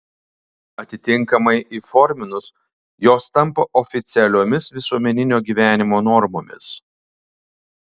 atitinkamai įforminus jos tampa oficialiomis visuomeninio gyvenimo normomis